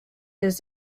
his